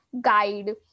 guide